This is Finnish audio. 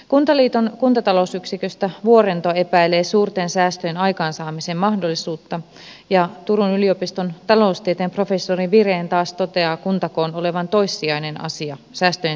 kuntaliiton kuntatalousyksiköstä vuorento epäilee suurten säästöjen aikaansaamisen mahdollisuutta ja turun yliopiston taloustieteen professori viren taas toteaa kuntakoon olevan toissijainen asia säästöjen syntymiselle